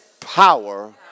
power